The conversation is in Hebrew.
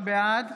בעד